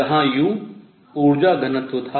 जहां u ऊर्जा घनत्व था